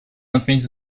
отметить